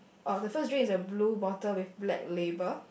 uh the first drink is a blue bottle with black label